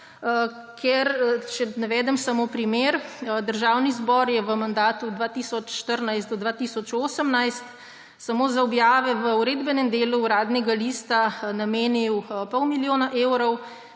Če navedem samo primer, Državni zbor je v mandatu 2014 do 2018 samo za objave v Uredbenem delu Uradnega lista namenil pol milijona evrov.